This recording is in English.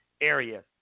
area